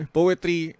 Poetry